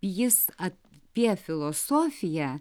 jis apie filosofiją